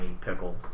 pickle